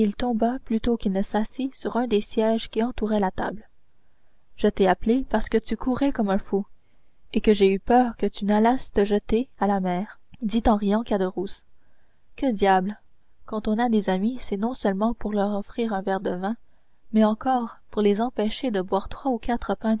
plutôt qu'il ne s'assit sur un des sièges qui entouraient la table je t'ai appelé parce que tu courais comme un fou et que j'ai eu peur que tu n'allasses te jeter à la mer dit en riant caderousse que diable quand on a des amis c'est non seulement pour leur offrir un verre de vin mais encore pour les empêcher de boire trois ou quatre